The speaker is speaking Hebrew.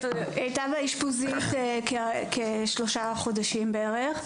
א"ת: היא הייתה באשפוזית כשלושה חודשים בערך,